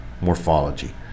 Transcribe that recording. morphology